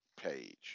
page